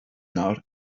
nawr